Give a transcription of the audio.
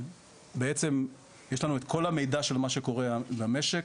בעצם יש לנו את כל המידע של מה שקורה במשק.